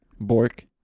Bork